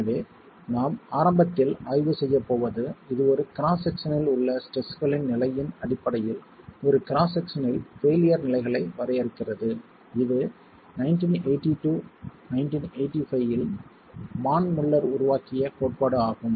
எனவே நாம் ஆரம்பத்தில் ஆய்வு செய்யப் போவது இது ஒரு கிராஸ் செக்சனில் உள்ள ஸ்ட்ரெஸ்களின் நிலையின் அடிப்படையில் ஒரு கிராஸ் செக்சனில் பெயிலியர் நிலைகளை வரையறுக்கிறது இது 1982 1985 இல் மான் முல்லர் உருவாக்கிய கோட்பாடு ஆகும்